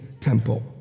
temple